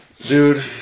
Dude